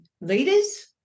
leaders